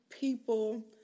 people